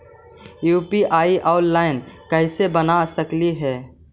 UPI online कैसे बना सकली हे?